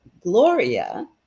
Gloria